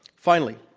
finally,